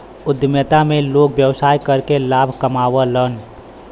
उद्यमिता में लोग व्यवसाय करके लाभ कमावलन